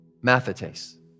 Mathetes